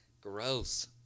Gross